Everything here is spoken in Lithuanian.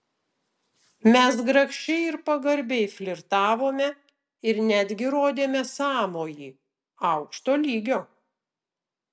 mes grakščiai ir pagarbiai flirtavome ir netgi rodėme sąmojį aukšto lygio